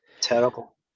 terrible